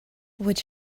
would